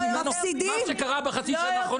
מה שקרה בחצי שנה האחרונה,